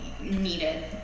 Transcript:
needed